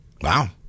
wow